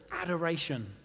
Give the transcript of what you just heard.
adoration